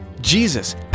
Jesus